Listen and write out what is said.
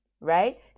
right